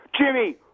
Jimmy